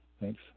Thanks